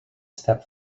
step